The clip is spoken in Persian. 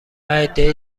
عدهای